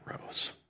rose